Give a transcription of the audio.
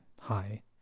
hi